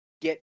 get –